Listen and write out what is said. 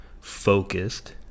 focused